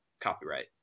copyright